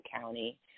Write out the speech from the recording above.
County